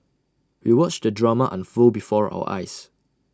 we watched the drama unfold before our eyes